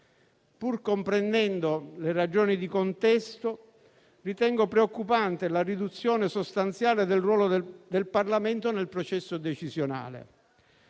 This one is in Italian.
pur comprendendo le ragioni di contesto, ritengo preoccupante la riduzione sostanziale del ruolo del Parlamento nel processo decisionale.